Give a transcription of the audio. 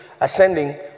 ascending